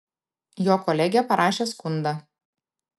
jo kolegė parašė skundą